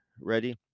Ready